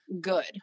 good